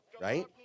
right